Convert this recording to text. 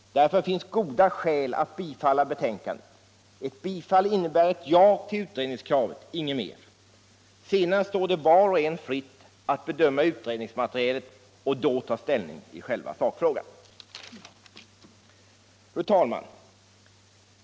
Därför finns goda skäl att bifalla utskottets hem ställan. Ett bifall innebär ett ja till utredningskravet, inget mer. Sedan står det var och en fritt att bedöma utredningsmaterialet och då ta ställning i själva sakfrågan. Fru talman!